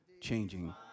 changing